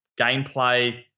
gameplay